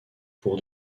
pour